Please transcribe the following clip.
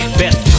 best